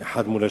אחד מול השני,